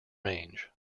range